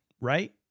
right